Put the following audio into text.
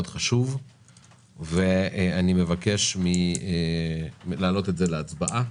חשוב ואני מבקש להעלות את זה להצבעה.